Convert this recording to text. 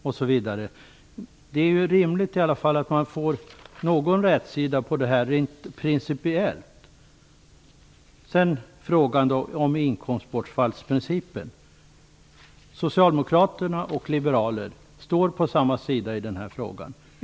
Det är i alla fall rimligt att vi får någon rätsida på detta rent principiellt. Sedan till frågan om inkomstbortfallsprincipen. Socialdemokraterna och liberaler står på samma sida i den här frågan.